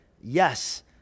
Yes